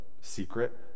secret